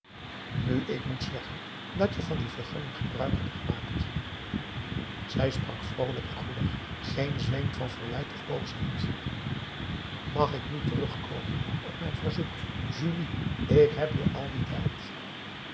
nu ik moet zeggen dat je van die vergunning gebruik hebt gemaakt zij sprak vroolijk en goedig geen zweem van verwijt of boosheid mag ik nu terugkomen op mijn verzoek julie ik heb je al dien tijd